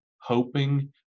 hoping